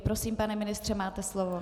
Prosím, pane ministře, máte slovo.